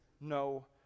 no